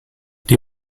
die